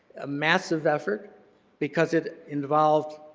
a massive effort because it involved